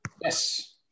Yes